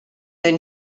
duine